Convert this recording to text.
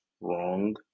wrong